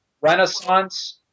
Renaissance